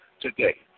today